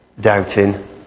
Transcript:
doubting